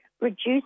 reduce